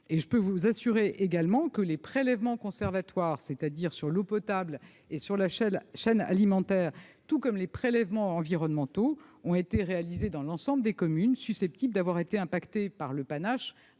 Je peux vous assurer également que les prélèvements conservatoires, c'est-à-dire portant sur l'eau potable et sur la chaîne alimentaire, et les prélèvements environnementaux ont été effectués dans l'ensemble des communes susceptibles d'avoir été affectées par le panache,